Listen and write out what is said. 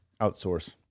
Outsource